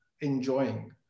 enjoying